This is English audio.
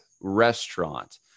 restaurant